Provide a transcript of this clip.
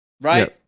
Right